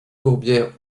tourbières